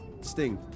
Sting